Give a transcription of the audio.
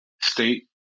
state